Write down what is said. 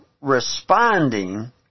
responding